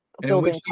building